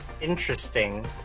Interesting